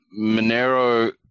Monero